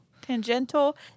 tangential